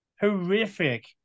horrific